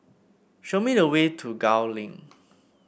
show me the way to Gul Link